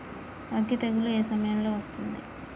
అగ్గి తెగులు ఏ సమయం లో వస్తుంది?